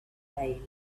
away